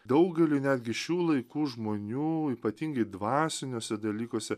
daugeliui netgi šių laikų žmonių ypatingai dvasiniuose dalykuose